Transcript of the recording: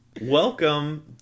Welcome